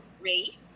race